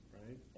right